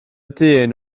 dyn